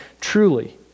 Truly